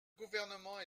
gouvernement